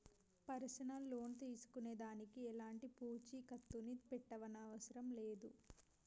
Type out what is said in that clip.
personal loan తీసుకునే దానికి ఎలాంటి పూచీకత్తుని పెట్టనవసరం లేదు